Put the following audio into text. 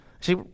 See